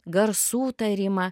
garsų tarimą